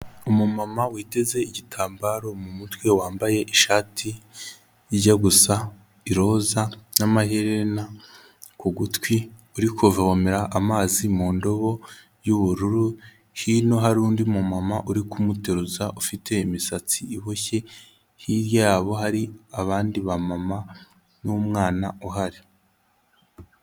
Umumama witeze igitambaro mu mutwe, wambaye ishati ijya gusa iroza n'amaherena ku gutwi, uri kuvomera amazi mu ndobo y'ubururu, hino hari undi mumama uri kumuteruza ufite imisatsi iboshye hino yabo hari abandi bamama n'umwana uhari.